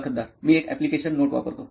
मुलाखत दार मी एक अॅप्लिकेशन नोट वापरतो